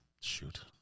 shoot